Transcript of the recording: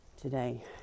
today